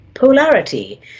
polarity